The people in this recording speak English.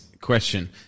question